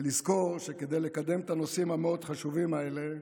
ולזכור שכדי לקדם את הנושאים המאוד-חשובים האלה